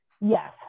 Yes